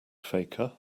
faker